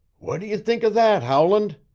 what do you think of that, howland?